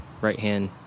right-hand